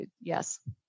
yes